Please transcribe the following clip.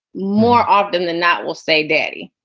more often than not, we'll say, daddy,